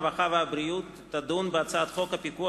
הרווחה והבריאות תדון בהצעת חוק הפיקוח